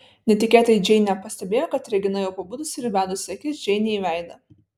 netikėtai džeinė pastebėjo kad regina jau pabudusi ir įbedusi akis džeinei į veidą